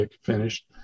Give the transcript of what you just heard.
finished